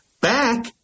Back